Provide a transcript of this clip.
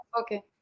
Okay